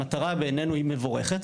המטרה בעינינו היא מבורכת,